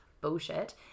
bullshit